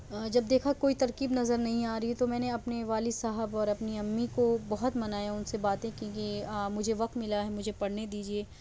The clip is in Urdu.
جب دیکھا کوئی ترکیب نظر نہیں آ رہی ہے تو میں نے اپنے والد صاحب اور اپنی امی کو بہت منایا ان سے باتیں کی کہ مجھے وقت ملا ہے مجھے پڑھنے دیجیے